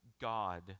God